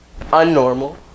unnormal